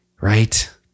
right